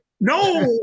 No